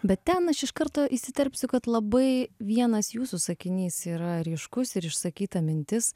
bet ten aš iš karto įsiterpsiu kad labai vienas jūsų sakinys yra ryškus ir išsakyta mintis